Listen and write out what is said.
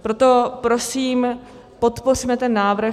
Proto prosím, podpořme ten návrh.